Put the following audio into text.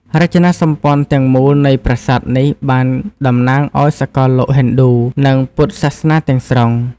រចនាសម្ព័ន្ធទាំងមូលនៃប្រាសាទនេះបានតំណាងឲ្យសកលលោកហិណ្ឌូ និងពុទ្ធសាសនាទាំងស្រុង។